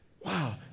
Wow